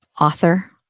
author